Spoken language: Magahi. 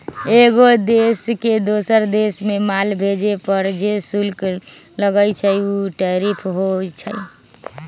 एगो देश से दोसर देश मे माल भेजे पर जे शुल्क लगई छई उ टैरिफ होई छई